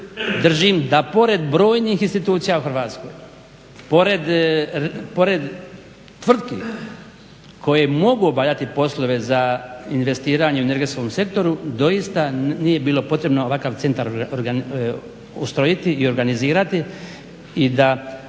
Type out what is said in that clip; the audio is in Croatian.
Držim da pored brojnih institucija u Hrvatskoj, pored tvrtki koje mogu obavljati poslove za investiranje u energetskom sektoru doista nije bilo potrebno ovakav centar ustrojiti i organizirati i da